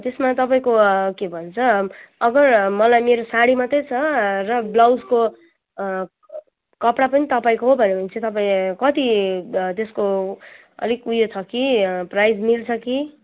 त्यसमा तपाईँको के भन्छ अगर मलाई मेरो साडी मात्रै छ र ब्लाउजको कपडा पनि तपाईँको भयो भने चाहिँ तपाईँ कति त्यसको अलिक उयो छ कि प्राइस मिल्छ कि